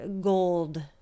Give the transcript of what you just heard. gold